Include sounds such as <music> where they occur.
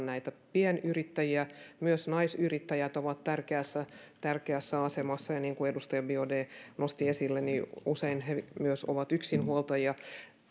<unintelligible> näitä pienyrittäjiä myös naisyrittäjät ovat tärkeässä tärkeässä asemassa ja niin kuin edustaja biaudet nosti esille niin usein he myös ovat yksinhuoltajia